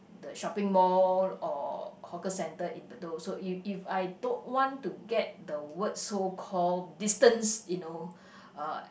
the shopping mall or hawker centre in Bedok so if if I don't want to get the word so call distance you know uh